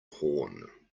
horn